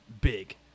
big